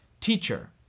teacher